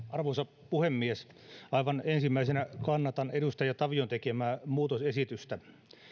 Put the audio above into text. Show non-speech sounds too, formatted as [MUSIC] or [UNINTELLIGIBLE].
[UNINTELLIGIBLE] arvoisa puhemies aivan ensimmäisenä kannatan edustaja tavion tekemää muutosesitystä